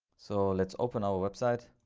so let's open our website,